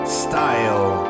style